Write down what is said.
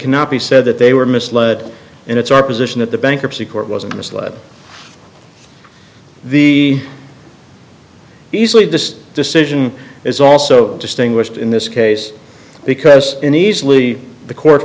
cannot be said that they were misled and it's our position that the bankruptcy court was misled the easily this decision is also distinguished in this case because in easily the court